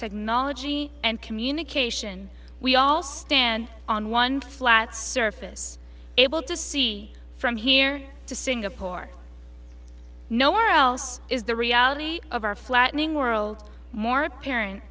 technology and communication we all stand on one flat surface able to see from here to singapore no where else is the reality of our flattening world more apparent